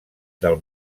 del